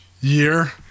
year